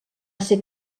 ser